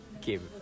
give